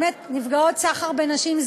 נפגעות סחר בנשים,